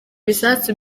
bisasu